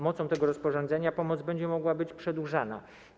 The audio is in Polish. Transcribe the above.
Mocą tego rozporządzenia pomoc będzie mogła być przedłużona.